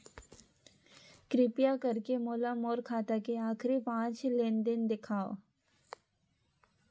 किरपा करके मोला मोर खाता के आखिरी पांच लेन देन देखाव